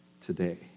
today